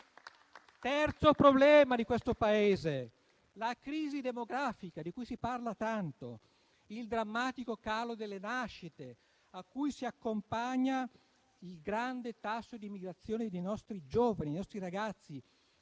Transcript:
terzo problema di questo Paese riguarda la crisi demografica, di cui si parla tanto. Penso al drammatico calo delle nascite, a cui si accompagna il grande tasso di migrazione dei nostri giovani, dei nostri ragazzi,